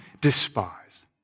despise